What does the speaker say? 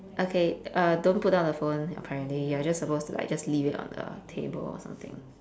okay uh don't put down the phone apparently you are just supposed to just like leave it on the table or something